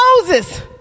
Moses